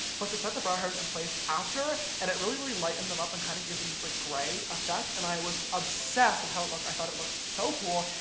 but to set the brow hairs in place after, and it really, really lightened them up and kind of gave them this like gray effect, and i was obsessed and with it looked. i thought it looked so cool,